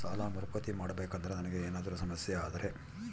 ಸಾಲ ಮರುಪಾವತಿ ಮಾಡಬೇಕಂದ್ರ ನನಗೆ ಏನಾದರೂ ಸಮಸ್ಯೆ ಆದರೆ?